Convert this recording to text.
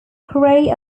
cray